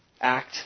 act